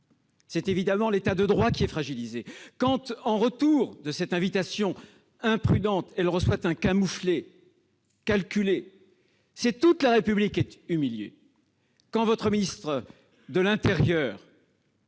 c'est évidemment l'État de droit qui est fragilisé. Quand, en réponse à son invitation imprudente, elle se voit infliger un camouflet calculé, c'est toute la République qui est humiliée ! Quand votre ministre de l'intérieur